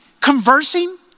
conversing